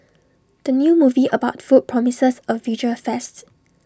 the new movie about food promises A visual feast